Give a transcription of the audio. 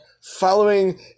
following